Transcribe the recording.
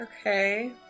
Okay